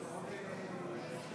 אם כן, חברות וחברי הכנסת,